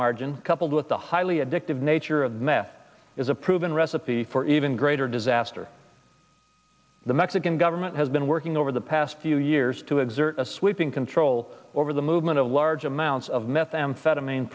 margin coupled with the highly addictive nature of meth is a proven recipe for even greater disaster the mexican government has been working over the past few years to exert a sweeping control over the movement of large amounts of methamphetamine